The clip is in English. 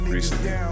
recently